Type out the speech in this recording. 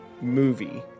movie